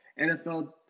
NFL